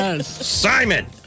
Simon